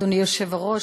אדוני היושב-ראש,